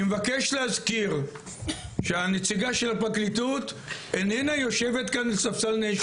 אני מבקש להזכיר שהנציגה של הפרקליטות איננה יושבת כאן לספסל נאשמים.